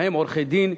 ובהם עורכי-דין,